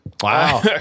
Wow